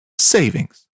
savings